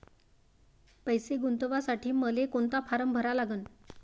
पैसे गुंतवासाठी मले कोंता फारम भरा लागन?